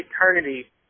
eternity